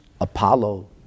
Apollo